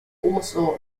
also